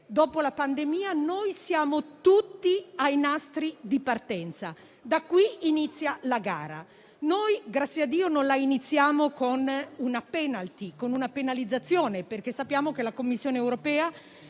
dopo la pandemia, siamo tutti ai nastri di partenza e da qui inizia la gara, che non iniziamo con una penalizzazione perché sappiamo che la Commissione europea